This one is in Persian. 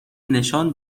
نشان